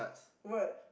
what